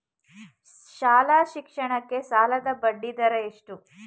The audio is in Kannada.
ಶಾಲಾ ಶಿಕ್ಷಣಕ್ಕೆ ಸಾಲದ ಬಡ್ಡಿದರ ಎಷ್ಟು?